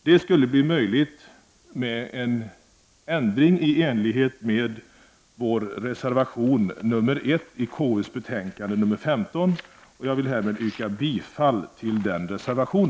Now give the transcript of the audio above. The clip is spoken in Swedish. Detta skulle vara möjligt genom en ändring i enlighet med vad som sägs i reservation 1 i konstitutionsutskottets betänkande 15. Jag yrkar härmed bifall till denna vår reservation.